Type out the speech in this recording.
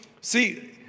see